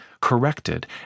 corrected